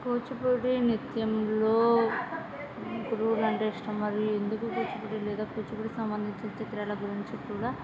కూచిపూడి నృత్యంలో గురువులు అంటే ఇష్టం మరి ఎందుకు కూచిపూడి లేదా కూచిపూడి సంబంధించిన చిత్రాల గురించి కూడా